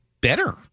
better